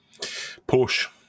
porsche